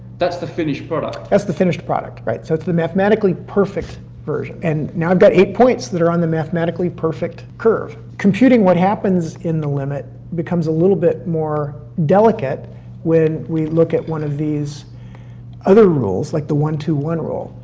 that's the finished but product. that's the finished product. right. so, it's the mathematically perfect version. and now i've got eight points that are on the mathematically perfect curve. computing what happens in the limit becomes a little bit more delicate when we look at one of these other rules, like the one, two, one rule.